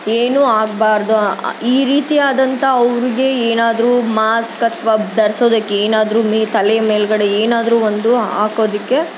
ಏನೂ ಆಗಬಾರ್ದು ಈ ರೀತಿಯಾದಂಥ ಅವ್ರಿಗೆ ಏನಾದರೂ ಮಾಸ್ಕ್ ಅಥವಾ ಧರ್ಸೋದಕ್ಕೆ ಏನಾದ್ರೂ ಮೆ ತಲೆ ಮೇಲುಗಡೆ ಏನಾದ್ರೂ ಒಂದು ಹಾಕೋದಕ್ಕೆ